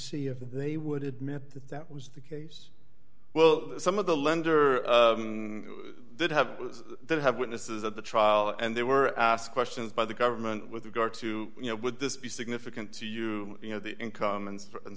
see if they would admit that that was the case well some of the lender did have that have witnesses at the trial and they were asked questions by the government with regard to you know would this be significant to you you know the income and and